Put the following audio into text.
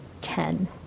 ten